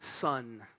son